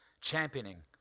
championing